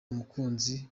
umukunzi